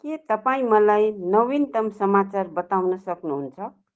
के तपाईँ मलाई नवीनतम समाचार बताउन सक्नुहुन्छ